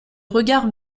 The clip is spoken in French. regards